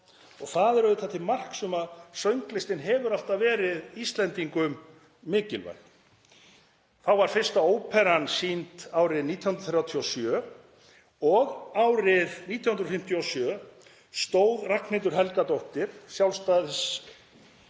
Það er auðvitað til marks um að sönglistin hefur alltaf verið Íslendingum mikilvæg. Þá var fyrsta óperan sýnd árið 1937 og árið 1957 stóð Ragnhildur Helgadóttir, þingmaður